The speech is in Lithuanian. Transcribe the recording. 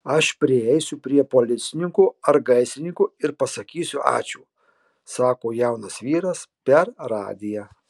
aš prieisiu prie policininko ar gaisrininko ir pasakysiu ačiū sako jaunas vyras per radiją